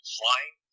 flying